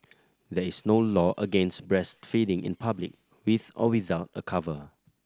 there is no law against breastfeeding in public with or without a cover